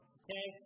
okay